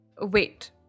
Wait